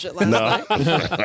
No